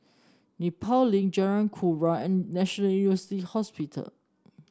Nepal Link Jalan Kurnia and National University Hospital